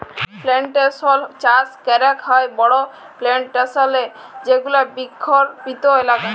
plantation চাস ক্যরেক হ্যয় বড় প্লানটেশল এ যেগুলা বৃক্ষরপিত এলাকা